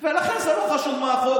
ולכן זה לא חשוב מה החוק,